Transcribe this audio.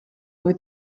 kui